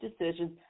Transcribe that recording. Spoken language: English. decisions